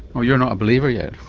oh, you're not a believer yet?